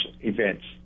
events